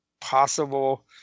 possible